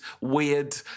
weird